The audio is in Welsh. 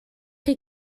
chi